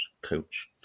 coach